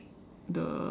the